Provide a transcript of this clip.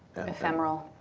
ephemeral.